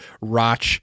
Roch